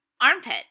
armpit